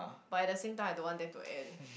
but at the same time I don't want them to end